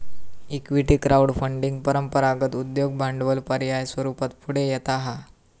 equity crowd funding परंपरागत उद्योग भांडवल पर्याय स्वरूपात पुढे येता हा